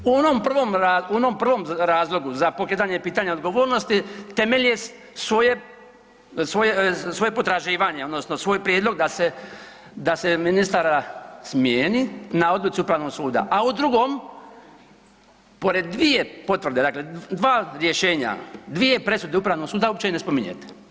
U onom prvom, u onom prvom razlogu za pokretanje pitanja odgovornosti temelje svoje, svoje, svoje potraživanje odnosno svoj prijedlog da se, da se ministara smijeni na odluci upravnog suda, a u drugom pored dvije potvrde, dakle dva rješenja, dvije presude upravnog suda uopće ne spominjete.